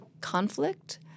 conflict